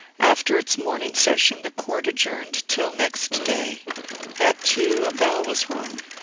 after its morning session the court adjourned till next day at two a bell was rung,